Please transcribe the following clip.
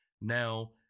now